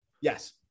Yes